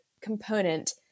component